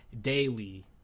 daily